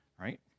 right